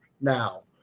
now